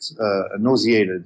nauseated